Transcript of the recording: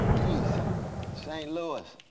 east st. louis.